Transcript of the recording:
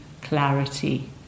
clarity